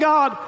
God